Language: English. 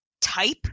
type